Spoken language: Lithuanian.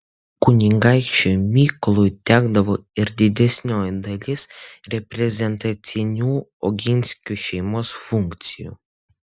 kunigaikščiui mykolui tekdavo ir didesnioji dalis reprezentacinių oginskių šeimos funkcijų